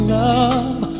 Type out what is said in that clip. love